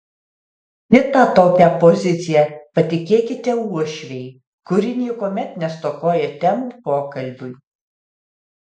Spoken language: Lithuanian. kitą tokią poziciją patikėkite uošvei kuri niekuomet nestokoja temų pokalbiui